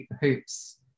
hoops